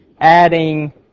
adding